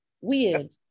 Weird